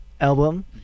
album